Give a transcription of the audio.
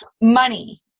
money